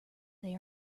they